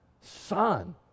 Son